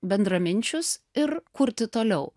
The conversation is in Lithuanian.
bendraminčius ir kurti toliau